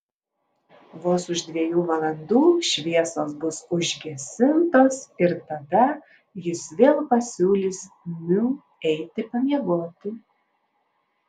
vos už dviejų valandų šviesos bus užgesintos ir tada jis vėl pasiūlys miu eiti pamiegoti